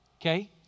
okay